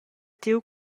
tiu